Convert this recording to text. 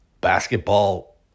Basketball